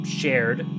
shared